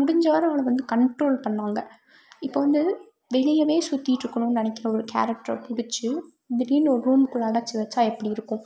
முடிஞ்சவரை அவளை வந்து கண்ட்ரோல் பண்ணிணாங்க இப்போது வந்து வெளியேவே சுற்றிட்ருக்கணுனு நினைக்கிற ஒரு கேரக்ட்ரை பிடிச்சி திடீரெனு ஒரு ரூமுக்குள்ளே அடைச்சி வைச்சா எப்படி இருக்கும்